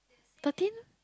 thirteen